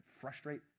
frustrate